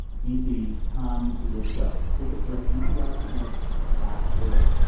d c, come to this show. tickets are at nprpresents dot org.